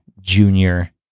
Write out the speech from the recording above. junior